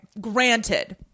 granted